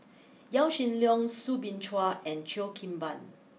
Yaw Shin Leong Soo Bin Chua and Cheo Kim Ban